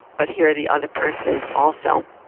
but hear the other person's also.